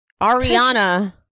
Ariana